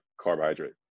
carbohydrate